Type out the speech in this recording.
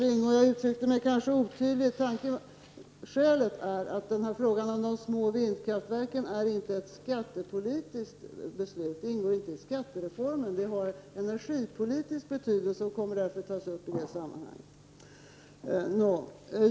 Fru talman! Jag uttryckte mig kanske otydligt, Gösta Lyngå. Frågan om de små vindkraftverken är ingen skattepolitisk fråga. Den ingår inte i skattereformen. Vindkraftverken har en energipolitisk betydelse, och kommer därför att tas upp i det sammanhanget.